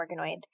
organoid